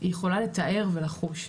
היא יכולה לתאר ולחוש,